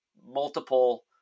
multiple